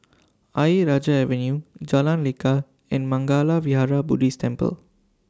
Ayer Rajah Avenue Jalan Lekar and Mangala Vihara Buddhist Temple